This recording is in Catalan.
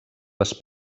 les